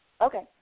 Okay